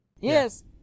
yes